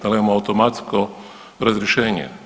Da li imamo automatsko razrješenje?